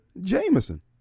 Jameson